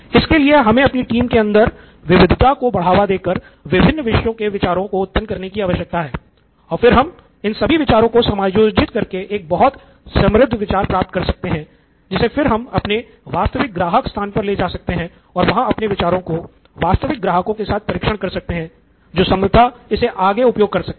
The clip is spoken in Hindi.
इसके लिए हमें अपनी टीम के अंदर विविधता को बढ़ावा देकर विभिन्न विषयों के विचारों को उत्पन्न करने की आवश्यकता है और फिर हम इन सभी विचारों को समायोजित करके एक बहुत समृद्ध विचार प्राप्त कर सकते हैं जिसे फिर हम अपने वास्तविक ग्राहक स्थान पर ले जा सकते है और वहाँ अपने विचारों को वास्तविक ग्राहकों के साथ परीक्षण कर सकते हैं जो संभवतः इसका आगे उपयोग कर सकते हैं